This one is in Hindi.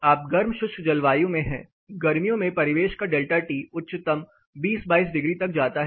आप गर्म शुष्क जलवायु में हैं गर्मियों में परिवेश का डेल्टा टी उच्चतम 20 22 डिग्री तक जाता है